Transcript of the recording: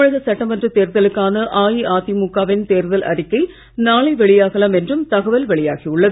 தமிழக சட்டமன்றத் தேர்தலுக்கான அஇஅதிமுகவின் தேர்தல் அறிக்கை நாளை வெளியாகலாம் என்றும் தகவல் வெளியாகி உள்ளது